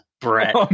brett